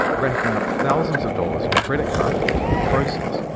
racking up thousands of dollars in credit card debt in the process.